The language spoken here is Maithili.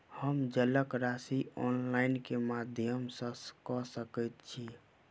हम जलक राशि ऑनलाइन केँ माध्यम सँ कऽ सकैत छी?